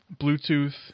Bluetooth